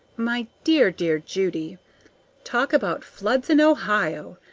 my dear, dear judy talk about floods in ohio!